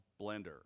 blender